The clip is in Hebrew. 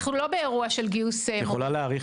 אנחנו לא באירוע של גיוס --- את יכולה להעריך